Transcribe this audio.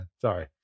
sorry